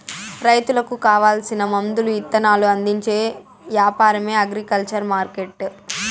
రైతులకు కావాల్సిన మందులు ఇత్తనాలు అందించే యాపారమే అగ్రికల్చర్ మార్కెట్టు